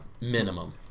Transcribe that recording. Minimum